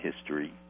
history